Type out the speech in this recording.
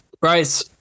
Bryce